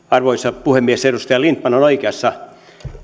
arvoisa puhemies edustaja lindtman on oikeassa